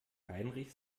heinrich